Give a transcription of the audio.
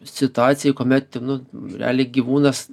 situacijai kuomet nu realiai gyvūnas